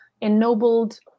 ennobled